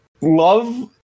love